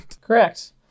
Correct